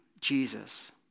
Jesus